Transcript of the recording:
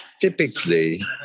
Typically